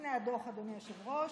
הינה הדוח, אדוני היושב-ראש.